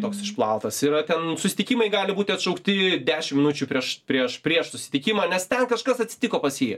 toks išplautas yra ten susitikimai gali būti atšaukti dešim minučių prieš prieš prieš susitikimą nes ten kažkas atsitiko pas jį